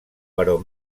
però